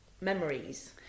memories